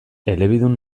elebidun